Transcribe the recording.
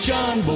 John